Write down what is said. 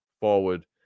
forward